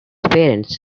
parents